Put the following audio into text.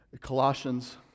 Colossians